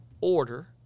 order